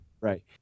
Right